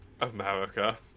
America